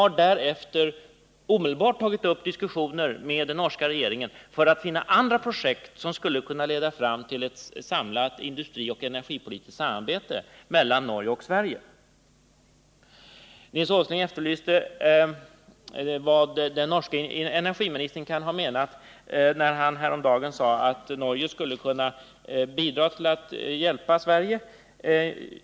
Regeringen tog omedelbart därefter upp diskussioner med den norska regeringen för att finna andra projekt som skulle kunna leda till ett samlat industrioch energipolitiskt samarbete mellan Norge och Nils Åsling frågade vad den norske energiministern kan ha menat när han häromdagen sade att Norge skulle kunna bidra till att hjälpa Sverige.